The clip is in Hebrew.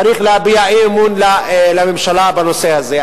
צריך להביע אי-אמון לממשלה בנושא הזה.